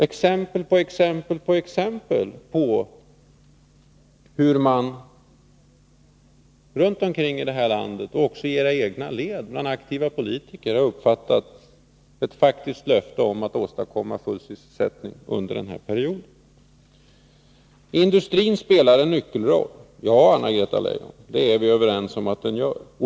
Det finns massor av exempel på hur man runt om i landet — även i era egna led bland aktiva politiker — har uppfattat ett faktiskt löfte om att ni skall åstadkomma full sysselsättning under mandatperioden. Industrin spelar en nyckelroll. Ja, Anna-Greta Leijon, det är vi överens om att den gör.